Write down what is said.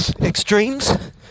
extremes